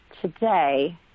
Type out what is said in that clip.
today